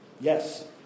Yes